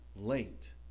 late